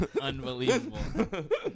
Unbelievable